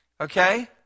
Okay